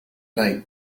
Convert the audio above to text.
night